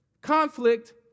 conflict